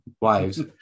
wives